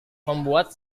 membuat